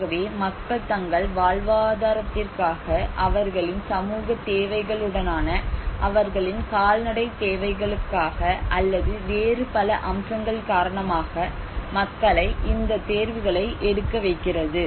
ஆகவே மக்கள் தங்கள் வாழ்வாதாரத்திற்காக அவர்களின் சமூகத் தேவைகளுடனான அவர்களின் கால்நடைத் தேவைகளுக்காக அல்லது வேறு பல அம்சங்கள் காரணமாக மக்களை இந்த தேர்வுகளை எடுக்க வைக்கிறது